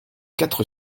quatre